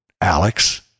Alex